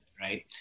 right